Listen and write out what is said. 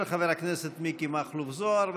של חבר הכנסת מכלוף מיקי זוהר.